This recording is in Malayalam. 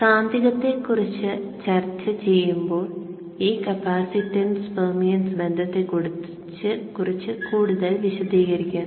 കാന്തികത്തെക്കുറിച്ച് ചർച്ച ചെയ്യുമ്പോൾ ഈ കപ്പാസിറ്റൻസ് പെർമിയൻസ് ബന്ധത്തെക്കുറിച്ച് കൂടുതൽ വിശദീകരിക്കാം